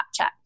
Snapchat